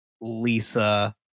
Lisa